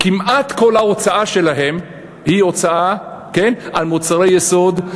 כמעט כל ההוצאה שלהם היא על מוצרי יסוד,